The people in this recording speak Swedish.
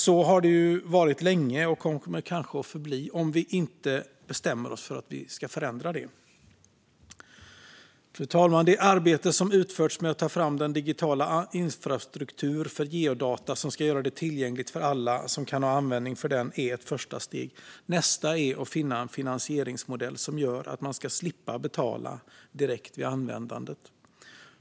Så har det dock varit länge och kommer kanske att förbli om vi inte bestämmer oss för att förändra det. Fru talman! Det arbete som utförts med att ta fram den digitala infrastruktur för geodata som ska göra dem tillgängliga för alla som kan ha användning för dem är ett första steg. Nästa är att finna en finansieringsmodell som gör att man slipper betala direkt vid användandet.